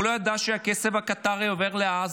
הוא לא ידע שהכסף הקטרי עובר לעזה,